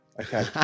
okay